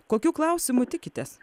kokių klausimų tikitės